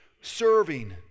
Serving